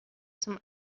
zum